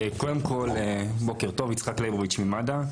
בוקר טוב, אני ממד"א.